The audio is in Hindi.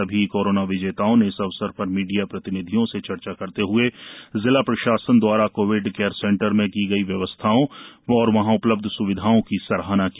सभी कोरोना विजेताओं ने इस अवसर पर मीडिया प्रतिनिधियों से चर्चा करते हए जिला प्रशासन दवारा कोविड केयर सेंटर में की गई व्यवस्थाओं तथा वहां उपलब्ध स्विधाओं की सराहना की